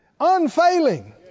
unfailing